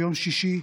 ביום שישי,